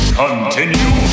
continue